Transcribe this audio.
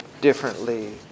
differently